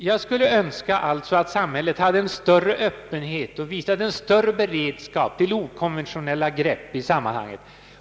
Jag skulle alltså önska att samhället visade en större öppenhet och en större beredskap till okonventionella grepp i sammanhanget.